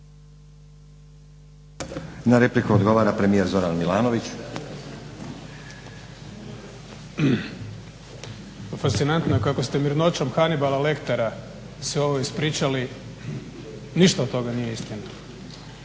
Na repliku odgovara premijer Zoran Milanović. **Milanović, Zoran (SDP)** Pa fascinatno je kako ste mirnoćom Hanibala Lehtera sve ovo ispričali. Ništa od toga nije istina,